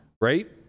right